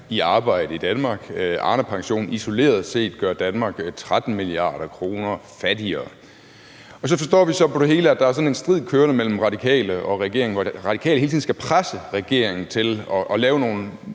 i arbejde i Danmark. Arnepension gør isoleret set Danmark 13 mia. kr. fattigere. Så forstår vi så på det hele, at der er sådan en strid kørende mellem De Radikale og regeringen, hvor De Radikale hele tiden skal presse regeringen til at lave nogle